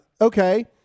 okay